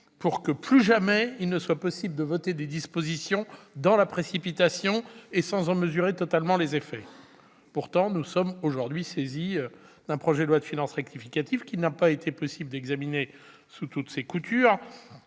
soit plus jamais possible de voter des dispositions dans la précipitation et sans en mesurer totalement les effets. Pourtant, nous sommes aujourd'hui saisis d'un projet de loi de finances rectificative qu'il n'a pas été possible d'examiner sous toutes ses coutures